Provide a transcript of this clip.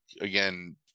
again